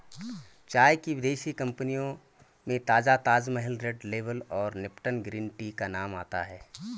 चाय की विदेशी कंपनियों में ताजा ताजमहल रेड लेबल और लिपटन ग्रीन टी का नाम आता है